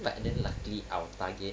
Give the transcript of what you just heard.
but then luckily our target